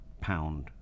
pound